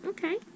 Okay